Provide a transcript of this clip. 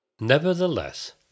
Nevertheless